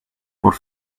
for